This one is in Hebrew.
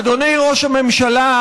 אדוני ראש הממשלה,